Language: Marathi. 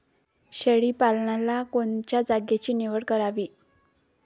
शेळी पालनाले कोनच्या जागेची निवड करावी?